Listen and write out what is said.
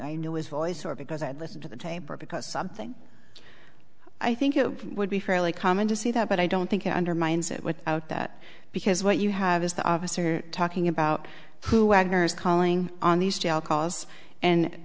knew his voice or because i'd listen to the tabor because something i think it would be fairly common to see that but i don't think it undermines it without that because what you have is the officer talking about who aggers calling on these jail cause and